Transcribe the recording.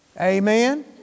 Amen